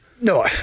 No